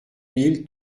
mille